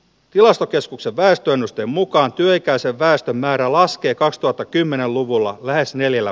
tilastokeskuksen väestöennusteen mukaan työikäisen väestön määrä laskee kaksituhattakymmenen luvulla lähes neljällä